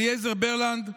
אליעזר ברלנד,